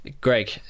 greg